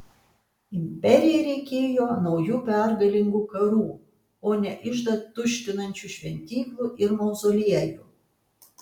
imperijai reikėjo naujų pergalingų karų o ne iždą tuštinančių šventyklų ir mauzoliejų